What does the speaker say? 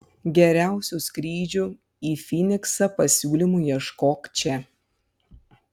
geriausių skrydžių į fyniksą pasiūlymų ieškok čia